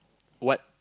what